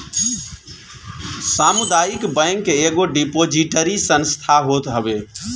सामुदायिक बैंक एगो डिपोजिटरी संस्था होत हवे